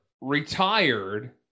retired